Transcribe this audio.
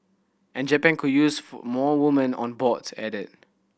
and Japan could useful more women on boards added